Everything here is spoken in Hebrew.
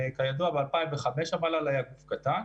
כידוע, ב-2005 המל"ל היה גוף קטן.